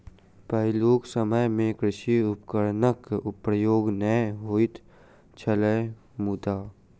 पहिलुक समय मे कृषि उपकरणक प्रयोग नै होइत छलै मुदा